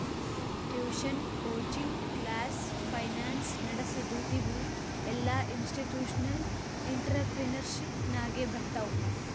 tuition, coaching class, finance ನಡಸದು ಇವು ಎಲ್ಲಾಇನ್ಸ್ಟಿಟ್ಯೂಷನಲ್ ಇಂಟ್ರಪ್ರಿನರ್ಶಿಪ್ ನಾಗೆ ಬರ್ತಾವ್